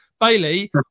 Bailey